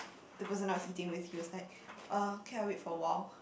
the person I was eating with he was like uh okay I wait for awhile